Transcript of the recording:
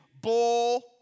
bull